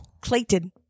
Clayton